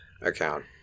account